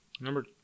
number